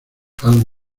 hard